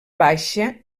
baixa